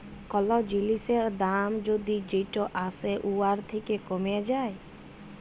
call জিলিসের দাম যদি যেট আসে উয়ার থ্যাকে কমে যায়